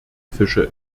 fische